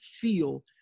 feel